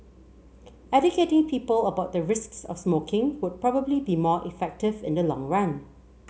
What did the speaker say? educating people about the risks of smoking would probably be more effective in the long run